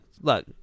look